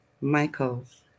Michaels